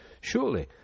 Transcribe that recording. Surely